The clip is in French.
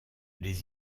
les